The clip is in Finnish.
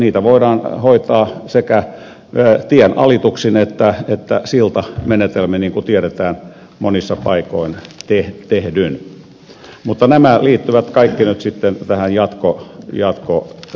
niitä voidaan hoitaa sekä tienalituksin että siltamenetelmin niin kuin tiedetään monissa paikoin tehdyn mutta nämä liittyvät kaikki nyt sitten tähän jatkosuunnitteluun